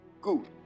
Good